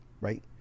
right